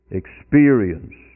experience